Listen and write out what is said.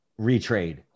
retrade